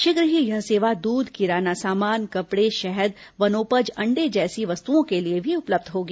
शीघ्र ही यह सेवा दूध किराना सामान कपड़े शहद वनोपज अंडे जैसी वस्तुओं के लिए भी उपलब्ध होगी